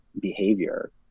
behavior